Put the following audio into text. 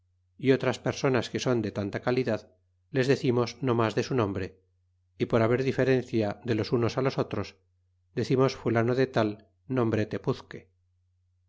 y otras personas que son de tanta calidad les decimos no mas de su nombre y por haber diferencia de los unos los otros decirnos fulano de tal nombre tepuzque